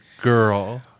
girl